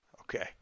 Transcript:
Okay